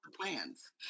plans